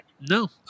No